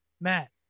Matt